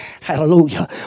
Hallelujah